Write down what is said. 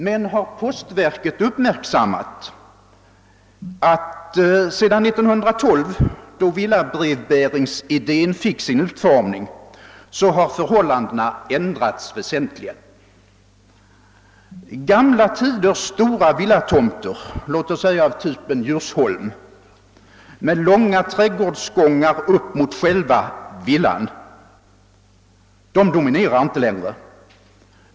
Men har postverket uppmärksammat, att förhållandena har ändrats väsentligt sedan 1912, då villabrevbäringsidén fick sin utformning? Gamla tiders stora villatomter — låt oss säga av typen Djursholm — med långa trädgårdsgångar upp mot själva villan dominerar inte längre.